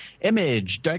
Image